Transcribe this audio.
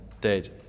dead